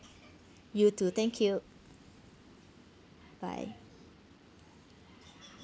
you too thank you bye